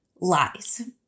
lies